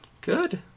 Good